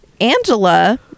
Angela